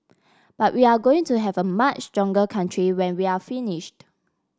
but we're going to have a much stronger country when we're finished